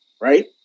right